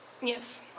Yes